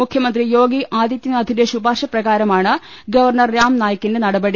മുഖ്യമന്ത്രി യോഗി ആദിത്യനാഥിന്റെ ശുപാർശ പ്രകാരമാണ് ഗവർണർ രാം നാ യിക്കിന്റെ നടപടി